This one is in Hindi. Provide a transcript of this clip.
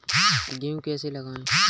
गेहूँ कैसे लगाएँ?